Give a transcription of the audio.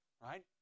right